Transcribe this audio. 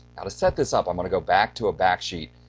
now to set this up, i'm going to go back to a back-sheet,